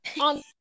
on